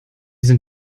sind